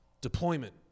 deployment